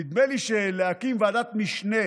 נדמה לי שלהקים ועדת משנה